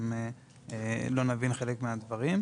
אם לא נבין חלק מהדברים.